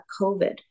COVID